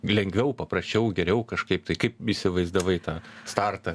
lengviau paprasčiau geriau kažkaip tai kaip įsivaizdavai tą startą